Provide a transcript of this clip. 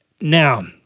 Now